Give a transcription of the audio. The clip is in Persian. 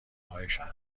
هایشان